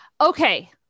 okay